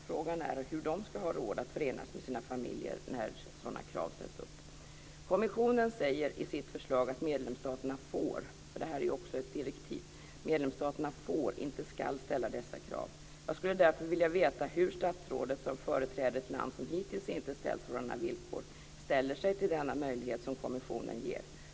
Frågan är hur de ska ha råd att förenas med sina familjer när sådana krav ställs upp. Kommissionen säger i sitt förslag att medlemsstaterna får - också det här är ett direktiv - inte skall ställa dessa krav. Jag skulle vilja veta hur statsrådet, som företräder ett land som hittills inte rest sådana villkor, ställer sig till den möjlighet som kommissionen ger.